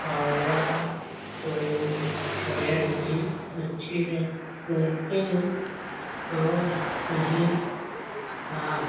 काैआ कोयल कोयल भी पक्षी रहे बोलते हैं और यही काव